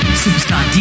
superstar